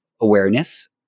awareness